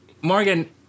Morgan